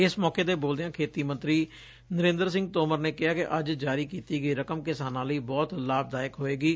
ਇਸ ਮੌਕੇ ਤੇ ਬੋਲਦਿਆਂ ਖੇਤੀ ਮੰਤਰੀ ਨਰੇਦਰ ਸਿੰਘ ਤੋਮਰ ਨੇ ਕਿਹਾ ਕਿ ਅੱਜ ਜਾਰੀ ਕੀਤੀ ਗਈ ਰਕਮ ਕਿਸਾਨਾਂ ਲਈ ਬਹੁਤ ਲਾਭਦਾਇਕ ਹੋਏਗੀ